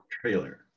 trailer